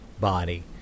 body